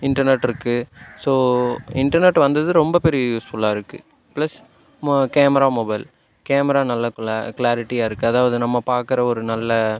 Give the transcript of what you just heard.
internet இருக்குது so internet வந்தது ரொம்ப பெரிய யூஸ் ஃபுல்லாக இருக்குது ப்ளஸ் மொ கேமரா மொபைல் கேமரா நல்ல கிள கிளாரிட்டியாக இருக்குது அதாவது நம்ம பார்க்குற ஒரு நல்ல